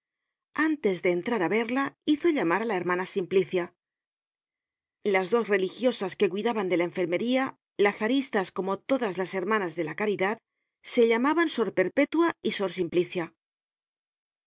antes de entrar á verla hizo llamar á la hermana simplicia las dos religiosas que cuidaban de la enfermería lazaristas como todas las hermanas de la caridad se llamaban sor perpétua y sor simplicia sor